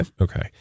Okay